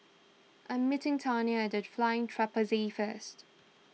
I'm meeting Tiana at the Flying Trapeze first